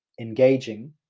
engaging